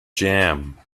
jam